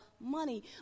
money